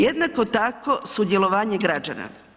Jednako tako, sudjelovanje građana.